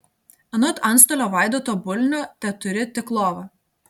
anot antstolio vaidoto bulnio teturi tik lovą